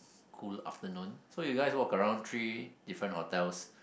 cool afternoon so you guys walk around three different hotels